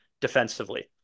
defensively